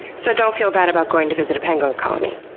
so don't feel bad about going to visit a penguin colony?